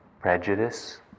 prejudice